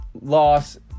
loss